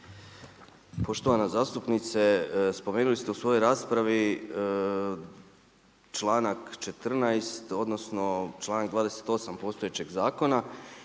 Poštovana zastupnice, spomenuli ste u svojoj raspravi članak 14. odnosno članak 28. postojećeg zakona.